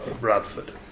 Bradford